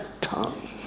tongue